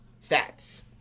Stats